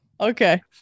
okay